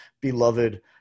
beloved